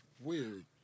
weird